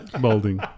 Balding